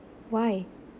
why